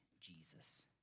Jesus